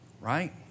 right